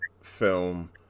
film